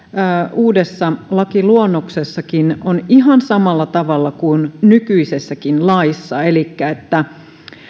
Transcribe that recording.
uudessa lakiluonnoksessakin on ihan samalla tavalla kuin nykyisessäkin laissa elikkä että